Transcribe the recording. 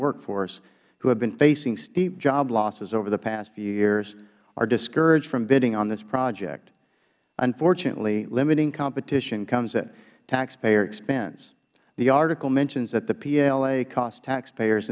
workforce who have been facing steep jobs losses over the past few years are discouraged from bidding on this project unfortunately limiting competition comes at taxpayer expense the article mentions that the pla cost taxpayers